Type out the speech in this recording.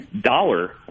dollar